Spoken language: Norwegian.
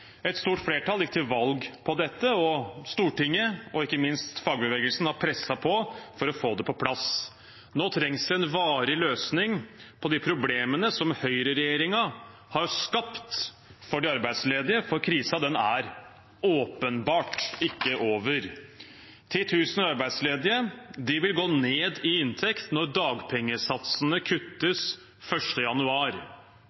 Et stort flertall gikk til valg på dette, og Stortinget – og ikke minst fagbevegelsen – har presset på for å få det på plass. Nå trengs det en varig løsning på de problemene som høyreregjeringen har skapt for de arbeidsledige, for krisen er åpenbart ikke over. 10 000 arbeidsledige vil gå ned i inntekt når dagpengesatsene